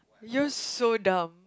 you're so dumb